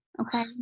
Okay